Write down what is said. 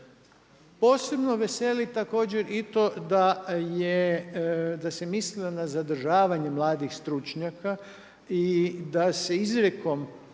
Posebno veseli također i to da se mislilo na zadržavanje mladih stručnjaka i da se izrijekom